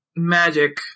magic